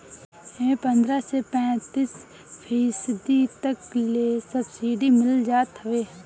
एमे पन्द्रह से पैंतीस फीसदी तक ले सब्सिडी मिल जात हवे